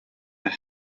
that